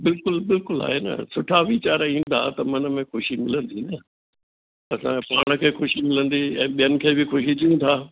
बिल्कुलु बिल्कुलु आहे न सुठा वीचार ईंदा त मन में ख़ुशी मिलंदी न असां पाण खे ख़ुशी मिलंदी ऐं ॿियनि खे बि ख़ुशी ॾियूं था